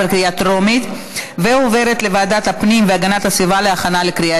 לוועדת הפנים והגנת הסביבה נתקבלה.